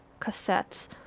cassettes